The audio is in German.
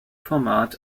format